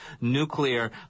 nuclear